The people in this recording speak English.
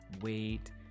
wait